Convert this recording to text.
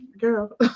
girl